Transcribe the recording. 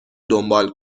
دنبال